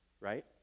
right